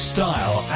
Style